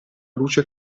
luce